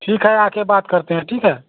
ठीक है आकर बात करते हैं ठीक है